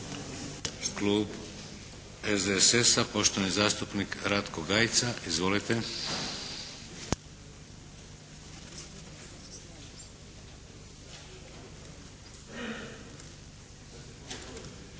Klub SDSS-a poštovani zastupnik Ratko Gajica. Izvolite.